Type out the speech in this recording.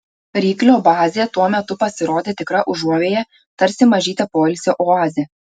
ryklio bazė tuo metu pasirodė tikra užuovėja tarsi mažytė poilsio oazė